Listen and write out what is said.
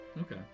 Okay